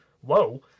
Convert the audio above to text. whoa